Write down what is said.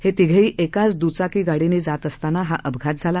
हे तिघेही एकाच दुचाकी गाडीने जात असताना हा अपघातझाला